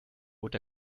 bot